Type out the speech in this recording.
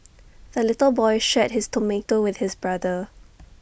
the little boy shared his tomato with his brother